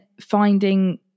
finding